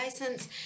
license